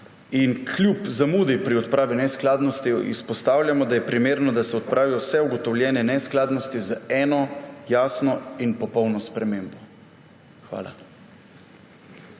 Kljub zamudi pri odpravi neskladnosti izpostavljamo, da je primerno, da se odpravijo vse ugotovljene neskladnosti z eno jasno in popolno spremembo. Hvala.